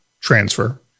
transfer